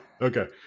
Okay